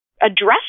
address